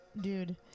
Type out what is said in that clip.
dude